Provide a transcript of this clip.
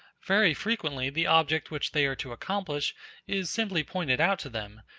very frequently the object which they are to accomplish is simply pointed out to them,